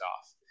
off